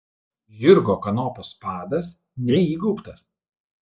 žirgo kanopos padas neįgaubtas